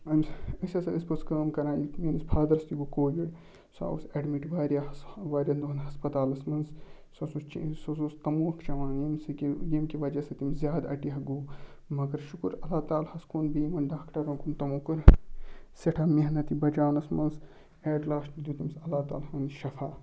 اَمہِ سٍتۍ أسۍ ہَسا ٲسۍ پوٚتُس کٲم کَران میٛٲنِس فادرَس تہِ گوٚو کووِڈ سُہ اوس ایٚڈمِٹ واریاہَس واریاہَن دۄہَن ہَسپَتالَس منٛز سُہ اوس چٮ۪ے سُہ اوس تَموکھ چٮ۪وان ییٚمہِ سۭتۍ یہِ ییٚمہِ کہِ وجہ سۭتۍ تٔمِس زیادٕ اَٹیک گوٚو مگر شُکُر اللہ تعالٰۍ ہَس کُن بیٚیہِ یِمَن ڈاکٹَرَن کُن تِمو کوٚر سٮ۪ٹھاہ محنت یہِ بَچاونَس منٛز ایٹ لاسٹ دیُت تمِس اللہ تعالٰۍ ہَن شفا